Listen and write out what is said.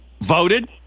voted